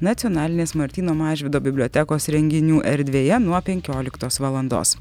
nacionalinės martyno mažvydo bibliotekos renginių erdvėje nuo penkioliktos valandos